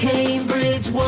Cambridge